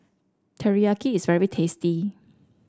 Teriyaki is very tasty